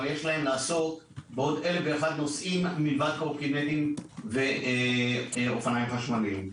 אבל יש להם לעסוק בעוד אלף נושאים מלבד קורקינטים ואופניים חשמליים.